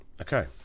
Okay